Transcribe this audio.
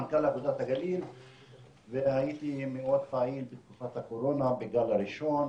מנכ"ל אגודת הגליל והייתי מאוד פעיל בתקופת הקורונה בגל הראשון,